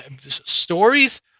stories